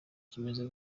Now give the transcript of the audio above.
kimeze